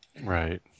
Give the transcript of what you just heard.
Right